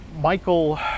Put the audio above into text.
Michael